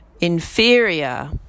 inferior